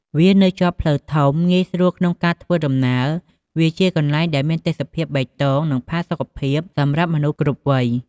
វានៅជាប់ផ្លូវធំ ងាយស្រួលក្នុងការធ្វើដំណើរ វាជាកន្លែងដែលមានទេសភាពបៃតង និងផាសុខភាពសម្រាប់មនុស្សគ្រប់វ័យ។